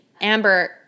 Amber